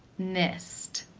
missed.